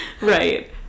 right